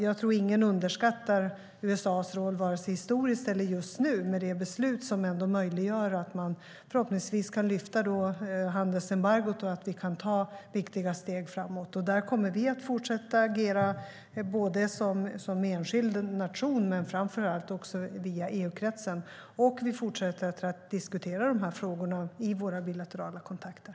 Jag tror att ingen underskattar USA:s roll vare sig historiskt eller just nu. Beslutet möjliggör ändå att man förhoppningsvis kan lyfta handelsembargot så att vi kan ta viktiga steg framåt. Där kommer vi att fortsätta att agera både som enskild nation och framför allt via EU-kretsen, och vi fortsätter att diskutera frågorna i våra bilaterala kontakter.